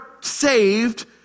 saved